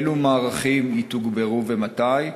אילו מערכים יתוגברו ומתי?